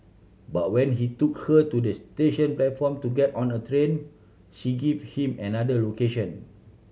but when he took her to this station platform to get on a train she give him another location